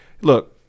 Look